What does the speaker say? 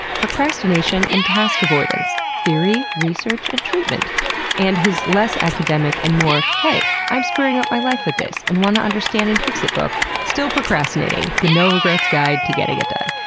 procrastination and task avoidance theory, research and treatment and his less academic and more hey, i'm screwing up my life with this, and want to understand and fix it book, still procrastinating? the no regrets guide to getting it done.